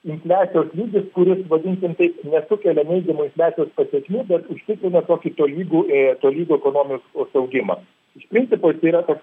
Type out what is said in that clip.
infliacijos lygis kuris vadinkim taip nesukelia neigiamų infliacijos pasekmių bet užtikrina tokį tolygų tolygų ekonomikos augimą iš principo jisai yra toks